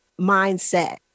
mindset